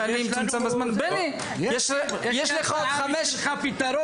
ואת יושב ראש הוועדה,